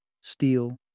steel